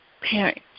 parents